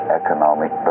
economic